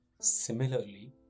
Similarly